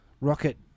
Rocket